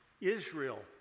Israel